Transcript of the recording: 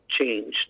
changed